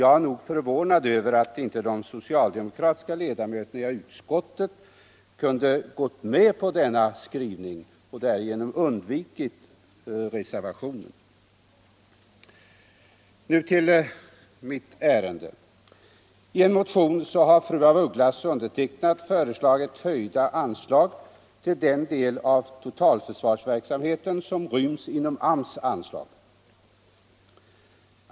Jag är förvånad över att inte de so cialdemokratiska ledamöterna i utskottet kunde gå med på denna skriv politiken Arbetsmarknadspolitiken ning och därigenom undvikit reservationen.